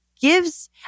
gives